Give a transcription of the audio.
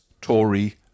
Tory